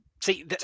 see